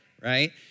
Right